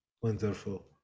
Wonderful